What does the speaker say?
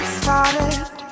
started